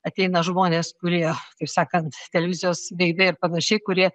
ateina žmonės kurie kaip sakant televizijos veidai ir panašiai kurie